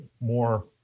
more